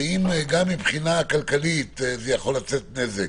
שאם גם מבחינה כלכלית זה יכול ליצור נזק